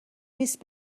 نیست